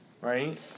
right